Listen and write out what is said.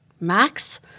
max